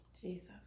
Jesus